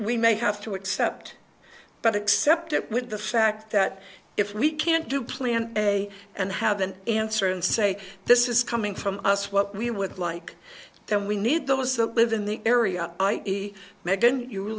we may have to accept but accept up with the fact that if we can't do plan a and how then answer and say this is coming from us what we would like then we need those that live in the area i e meghan you